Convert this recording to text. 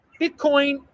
Bitcoin